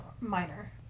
minor